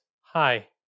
Hi